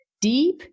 deep